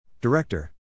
Director